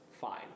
Fine